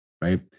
right